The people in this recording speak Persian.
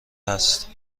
هست